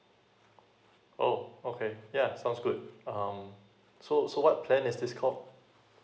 oh okay yeah sounds good um so so what plan is this call